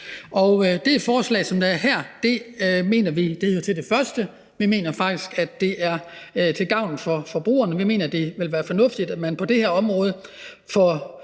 det forslag, som er her, mener vi hører til det første. Vi mener faktisk, at det er til gavn for forbrugerne. Vi mener, at det vil være fornuftigt, at man på det her område får